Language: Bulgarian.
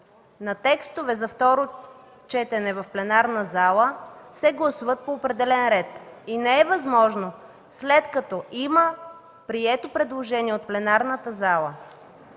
на текстове за второ четене в пленарна зала се гласуват по определен ред и не е възможно, след като има прието предложение от пленарната зала